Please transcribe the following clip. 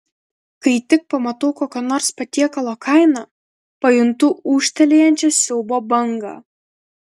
kai tik pamatau kokio nors patiekalo kainą pajuntu ūžtelėjančią siaubo bangą